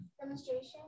demonstration